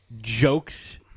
jokes